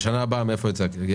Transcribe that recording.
אבל בשנה הבאה מאיפה יוצא הכסף?